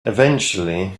eventually